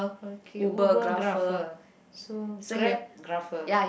okay Ubergrapher so Grabgrapher